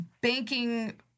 Banking